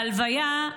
בהלוויה,